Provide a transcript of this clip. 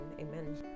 amen